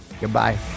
Goodbye